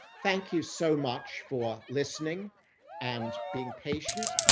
thank you so much for listening and being patient.